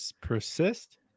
persist